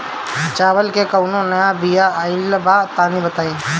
चावल के कउनो नया बिया आइल बा तनि बताइ?